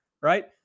right